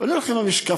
ואני הולך עם המשקפיים,